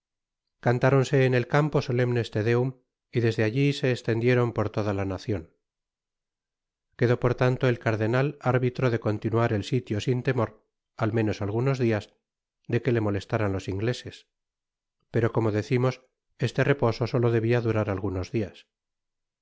cantáronse en el campo solemnes te deum y desde alli se estendieron por toda la nacion quedó por tanto el cardenal arbitro de continuar et sitio sin temor at menos algunos dias de que le molestaran los ingleses pero como decimos este reposo solo debia durar algunos dias